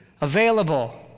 available